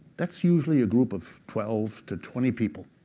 that's usually a group of twelve to twenty people.